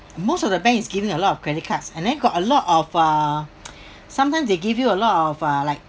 most of the bank is giving a lot of credit cards and then got a lot of uh sometimes they give you a lot of uh like